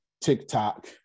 TikTok